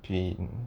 payton